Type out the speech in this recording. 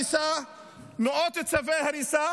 מאות צווי הריסה.